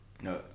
No